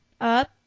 Up